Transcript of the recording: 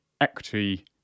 equity